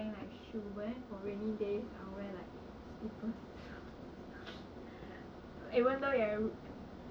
as long as for me I prefer wearing like shoes but then for raining days I'll wear like slippers